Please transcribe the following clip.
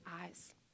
eyes